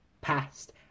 past